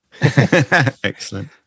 excellent